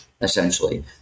essentially